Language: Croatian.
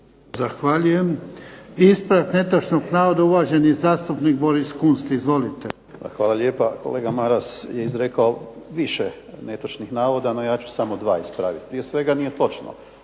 Zahvaljujem. I ispravak netočnog navoda uvaženi zastupnik Boris Kunst. Izvolite. **Kunst, Boris (HDZ)** Hvala lijepa. Kolega Maras je izrekao više netočnih navoda, no ja ću samo dva ispraviti. Prije svega nije točno